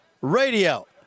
Radio